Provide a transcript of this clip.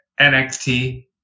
NXT